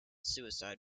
suicide